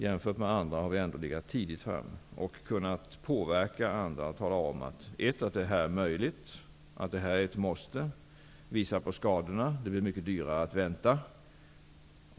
Jämfört med andra har vi ändå legat tidigt framme och kunnat påverka andra. Vi har kunnat säga: Detta är möjligt, detta är ett måste. Vi har kunnat visa på skadorna och på att det blir mycket dyrare att vänta.